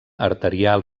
arterial